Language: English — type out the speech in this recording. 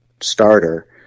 starter